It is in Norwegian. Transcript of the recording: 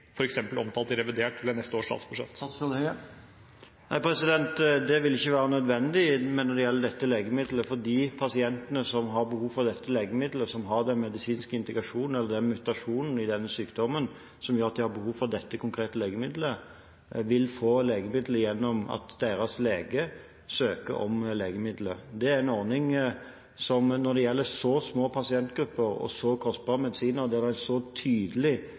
omtalt i revidert nasjonalbudsjett eller neste års statsbudsjett? Nei, det vil ikke være nødvendig når det gjelder dette legemidlet. De pasientene som har behov for dette legemidlet, og som har den medisinske indikasjonen eller den mutasjonen av denne sykdommen som gjør at de har behov for dette konkrete legemidlet, vil få legemidlet gjennom at deres lege søker om legemidlet. Når det gjelder så små pasientgrupper og så kostbare medisiner, der det er en så tydelig